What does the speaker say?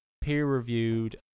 peer-reviewed